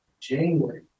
January